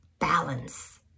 balance